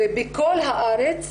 ובכל הארץ,